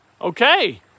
Okay